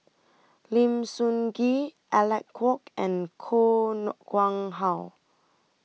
Lim Sun Gee Alec Kuok and Koh Nguang How